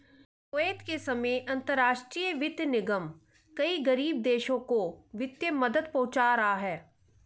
Kuwait के समय अंतरराष्ट्रीय वित्त निगम कई गरीब देशों को वित्तीय मदद पहुंचा रहा है